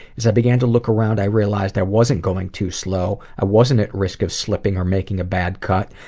as i began to look around, i realized i wasn't going too slow, i wasn't at risk of slipping or making a bad cut,